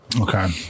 Okay